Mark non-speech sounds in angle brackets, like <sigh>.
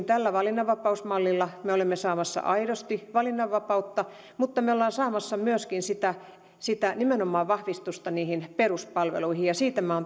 <unintelligible> tällä valinnanvapausmallilla me olemme saamassa aidosti valinnanvapautta mutta me olemme saamassa myöskin nimenomaan sitä vahvistusta niihin peruspalveluihin ja siitä minä olen